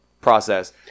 process